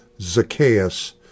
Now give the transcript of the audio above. Zacchaeus